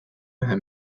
ühe